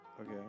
Okay